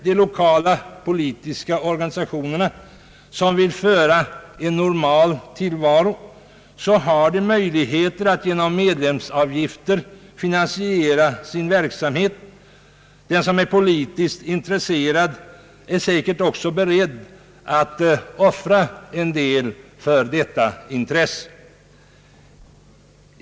De lokala politiska organisationer som vill föra en normal tillvaro har möjlighet att genom medlemsavgifter finansiera sin verksamhet. Den som är politiskt intresserad är säkert också beredd att offra en del för detta intresse.